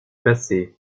passer